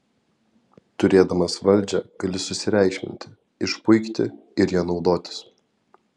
turėdamas valdžią gali susireikšminti išpuikti ir ja naudotis